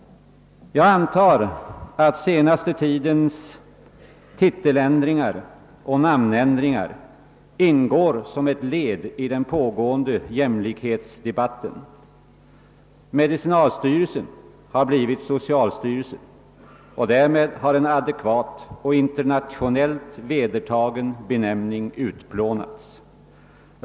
Jag antar att den senaste tidens titeländringar och namnändringar ingår som ett led i pågående jämlikhetssträvanden. Medicinalstyrelsen har blivit socialstyrelsen, och därmed har en adekvat och internationellt vedertagen benämning utplånats.